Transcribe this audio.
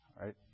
right